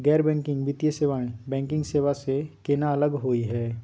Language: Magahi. गैर बैंकिंग वित्तीय सेवाएं, बैंकिंग सेवा स केना अलग होई हे?